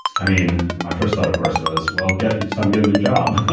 i mean, my first thought, of course, was, well, got you some got a new job,